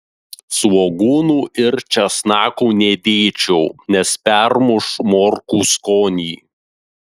svogūnų ir česnakų nedėčiau nes permuš morkų skonį